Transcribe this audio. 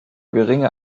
geringe